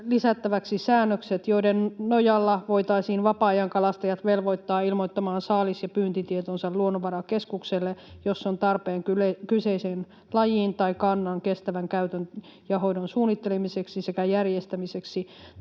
lisättäväksi säännökset, joiden nojalla voitaisiin vapaa-ajankalastajat velvoittaa ilmoittamaan saalis- ja pyyntitietonsa Luonnonvarakeskukselle, jos se on tarpeen kyseisen lajin tai kannan kestävän käytön ja hoidon suunnittelemiseksi sekä järjestämiseksi